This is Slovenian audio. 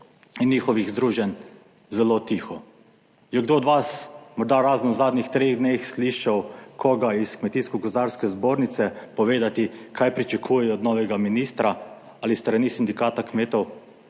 in njihovih združenj zelo tiho. Je kdo od vas morda, razen v zadnjih treh dneh, slišal koga iz Kmetijsko-gozdarske zbornice povedati, kaj pričakujejo od novega ministra ali s strani sindikata kmetov.